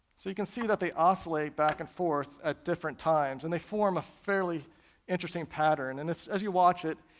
so you can see that they oscillate back and forth at different times, and they form a fairly interesting pattern, and as you watch it,